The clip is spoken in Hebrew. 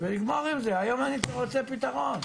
ונגמור את זה, אני רוצה פתרון.